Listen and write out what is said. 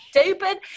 stupid